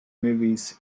movies